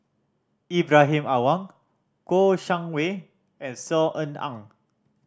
Ibrahim Awang Kouo Shang Wei and Saw Ean Ang